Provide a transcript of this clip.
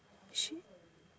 she